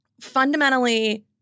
fundamentally